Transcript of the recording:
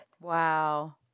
Wow